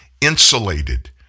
insulated